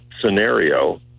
scenario